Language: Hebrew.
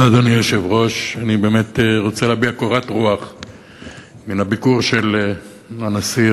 אני קורא לשר בנט ממש להטיל את כובד משקלו.